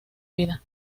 vida